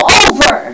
over